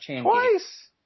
Twice